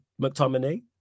McTominay